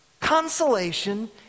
consolation